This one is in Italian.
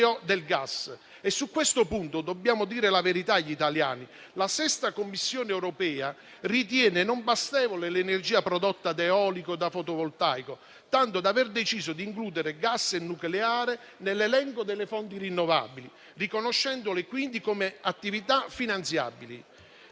del gas e su questo punto dobbiamo dire la verità agli italiani: la 6a Commissione europea ritiene non bastevole l'energia prodotta da eolico e da fotovoltaico, tanto da aver deciso di includere gas e nucleare nell'elenco delle fonti rinnovabili, riconoscendole quindi come attività finanziabili.